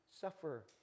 suffer